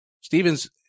Stevens